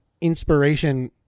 inspiration